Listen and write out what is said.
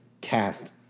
cast